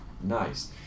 Nice